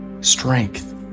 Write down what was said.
strength